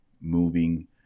moving